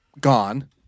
gone